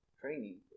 training